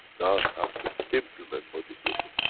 now have to implement what you've written.